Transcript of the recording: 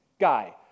guy